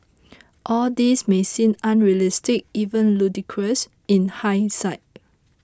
all this may seem unrealistic even ludicrous in hindsight